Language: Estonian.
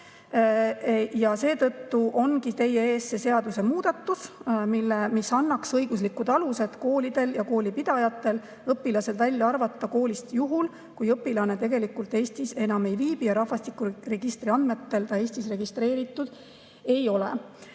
Seetõttu ongi teie ees see seadusemuudatus, mis annaks õiguslikud alused koolidel ja koolipidajatel õpilane koolist välja arvata juhul, kui ta tegelikult Eestis enam ei viibi ja rahvastikuregistri andmetel Eestis registreeritud ei ole.